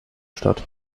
statt